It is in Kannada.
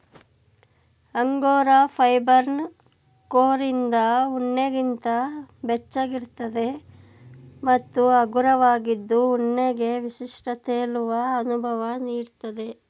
ಅಂಗೋರಾ ಫೈಬರ್ನ ಕೋರಿಂದ ಉಣ್ಣೆಗಿಂತ ಬೆಚ್ಚಗಿರ್ತದೆ ಮತ್ತು ಹಗುರವಾಗಿದ್ದು ಉಣ್ಣೆಗೆ ವಿಶಿಷ್ಟ ತೇಲುವ ಅನುಭವ ನೀಡ್ತದೆ